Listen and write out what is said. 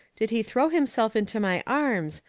did he throw himself into my arms,